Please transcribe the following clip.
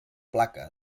placa